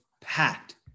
packed